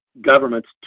government's